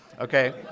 Okay